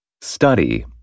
study